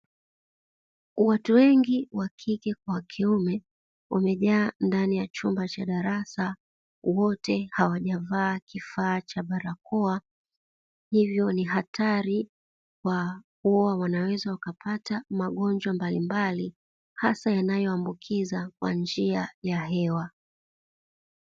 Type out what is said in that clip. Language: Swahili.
Watu wengi wa kike kwa wa kiume, wamejaa ndani ya chumba cha darasa wote hawajavaa kifaa cha barakoa, hivyo ni hatari kwa kuwa wanaweza wakapata magonjwa mbalimbali, hasa yanayoambukiza kwa njia ya hewa.